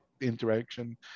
interaction